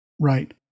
Right